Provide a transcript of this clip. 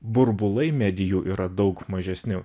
burbulai medijų yra daug mažesni